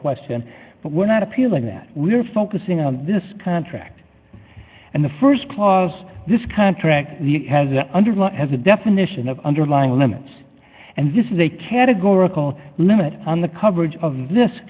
question but we're not appealing that we are focusing on this contract and the st clause this contract under law has a definition of underlying limits and this is a categorical limit on the coverage of this